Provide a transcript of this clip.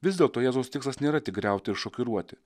vis dėlto jėzaus tikslas nėra tik griauti ir šokiruoti